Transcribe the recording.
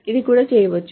అది కూడా చేయవచ్చు